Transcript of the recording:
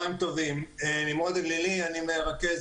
יוצאת